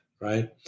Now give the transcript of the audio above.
right